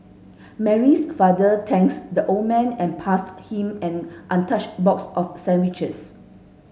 Mary's father thanks the old man and passed him an untouched box of sandwiches